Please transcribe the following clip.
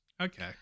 okay